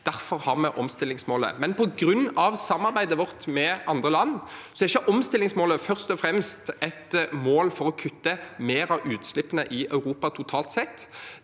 Derfor har vi omstillingsmålet. Likevel, på grunn av samarbeidet vårt med andre land er ikke omstillingsmålet først og fremst et mål for å kutte mer av utslippene i Europa totalt sett,